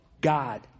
God